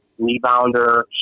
rebounder